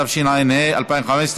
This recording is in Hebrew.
התשע"ה 2015,